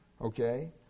Okay